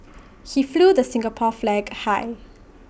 he flew the Singapore flag high